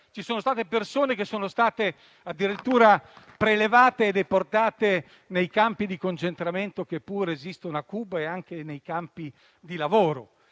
e alcune persone sono state addirittura prelevate e deportate nei campi di concentramento, che pure esistono a Cuba, e anche nei campi di lavoro.